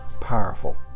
powerful